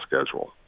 schedule